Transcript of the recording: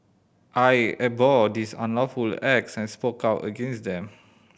I abhorred these unlawful acts and spoke out against them